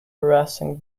harassing